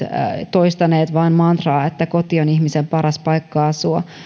toistaneet vain mantraa että koti on ihmisen paras paikka asua